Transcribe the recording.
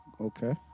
Okay